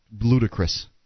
Ludicrous